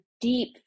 deep